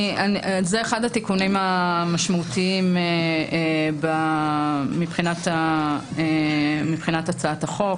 זה אחד התיקונים המשמעותיים מבחינת הצעת החוק.